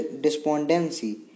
despondency